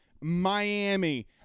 Miami